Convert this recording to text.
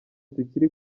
tukiri